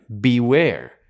beware